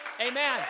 Amen